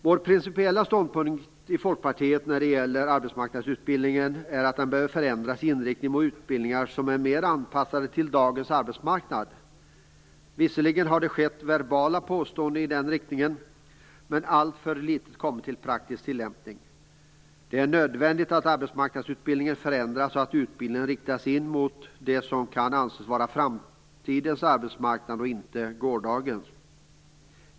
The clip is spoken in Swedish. Vår principiella ståndpunkt i Folkpartiet när det gäller arbetsmarknadsutbildningen är att den behövs förändras i inriktning mot utbildningar som är mer anpassade till dagens arbetsmarknad. Visserligen har det gjorts påståenden i den riktningen, men alltför litet har kommit till praktisk tillämpning. Det är nödvändigt att arbetsmarknadsutbildningen förändras så att utbildningen inriktas på det som kan anses vara framtidens arbetsmarknad och inte på gårdagens arbetsmarknad.